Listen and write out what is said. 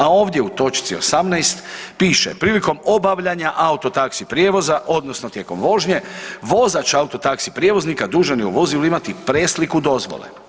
A ovdje u točci 18 piše, prilikom obavljanja autotaksi prijevoza odnosno tijekom vožnje vozač autotaksi prijevoznika dužna je u vozilu imati presliku dozvole.